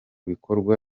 bikorwa